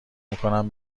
میکنن